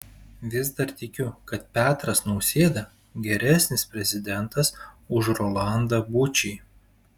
vis dar tikiu kad petras nausėda geresnis prezidentas už rolandą bučį